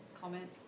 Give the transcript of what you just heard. comment